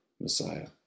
Messiah